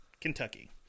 Kentucky